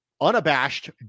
unabashed